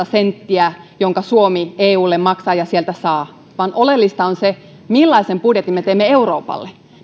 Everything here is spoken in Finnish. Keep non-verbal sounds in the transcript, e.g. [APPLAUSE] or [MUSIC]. [UNINTELLIGIBLE] senttiä jonka suomi eulle maksaa ja sieltä saa vaan oleellista on se millaisen budjetin me teemme euroopalle